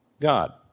God